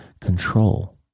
control